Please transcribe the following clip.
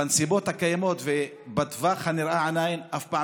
בנסיבות הקיימות ובטווח הנראה לעין אף פעם